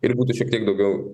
ir būtų šiek tiek daugiau